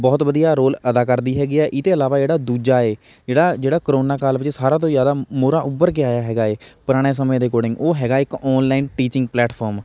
ਬਹੁਤ ਵਧੀਆ ਰੋਲ ਅਦਾ ਕਰਦੀ ਹੈਗੀ ਹੈ ਇਹ ਤੋਂ ਇਲਾਵਾ ਜਿਹੜਾ ਦੂਜਾ ਹੈ ਜਿਹੜਾ ਜਿਹੜਾ ਕਰੋਨਾ ਕਾਲ ਵਿੱਚ ਸਾਰਾ ਤੋਂ ਜ਼ਿਆਦਾ ਮੋਹਰੇ ਉੱਭਰ ਕੇ ਆਇਆ ਹੈਗਾ ਹੈ ਪੁਰਾਣੇ ਸਮੇਂ ਦੇ ਅਕੋਡਿੰਗ ਉਹ ਹੈਗਾ ਇੱਕ ਔਨਲਾਈਨ ਟੀਚਿੰਗ ਪਲੈਟਫੋਮ